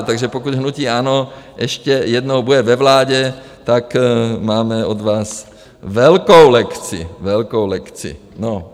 Takže pokud hnutí ANO ještě jednou bude ve vládě, tak máme od vás velkou lekci, velkou lekci, no.